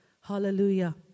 Hallelujah